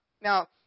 now